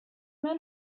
men